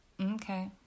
okay